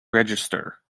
register